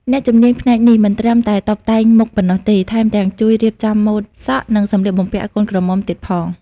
អ្នកជំនាញផ្នែកនេះមិនត្រឹមតែតុបតែងមុខប៉ុណ្ណោះទេ ថែមទាំងជួយរៀបចំម៉ូដសក់ និងសម្លៀកបំពាក់កូនក្រមុំទៀតផង។